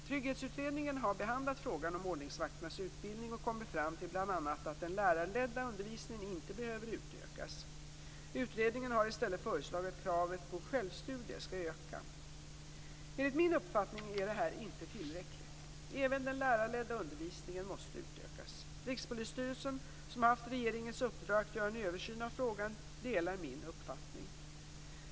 Trygghetsutredningen har behandlat frågan om ordningsvakternas utbildning och kommit fram till bl.a. att den lärarledda undervisningen inte behöver utökas. Utredningen har i stället föreslagit att kravet på självstudier skall öka. Enligt min uppfattning är detta inte tillräckligt. Även den lärarledda undervisningen måste utökas. Rikspolisstyrelsen, som har haft regeringens uppdrag att göra en översyn av frågan, delar min uppfattning.